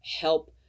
help